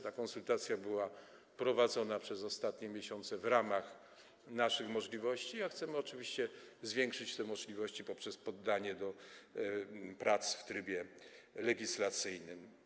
Ta konsultacja była prowadzona przez ostatnie miesiące w ramach naszych możliwości, a chcemy oczywiście zwiększyć te możliwości poprzez skierowanie do prac w trybie legislacyjnym.